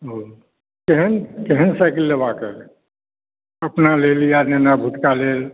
केहन साइकिल लेबाक यऽ अपना लेल या नेना भुटका लेल